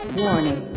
warning